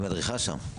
היא מדריכה שם.